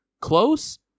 close